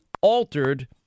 altered